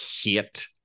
hate